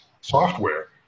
Software